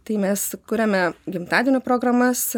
tai mes kuriame gimtadienio programas